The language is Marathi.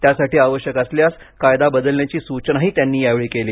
त्यासाठी आवश्यक असल्यास कायदा बदलण्याची सूचनाही त्यांनी यावेळी केली